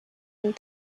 and